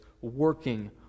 working